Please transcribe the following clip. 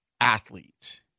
athletes